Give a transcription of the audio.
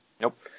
Nope